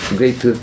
great